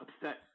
upset